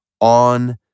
on